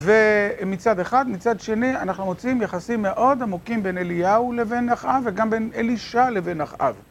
ומצד אחד, מצד שני, אנחנו מוצאים יחסים מאוד עמוקים בין אליהו לבין אחאב וגם בין אלישע לבין אחאב